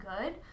good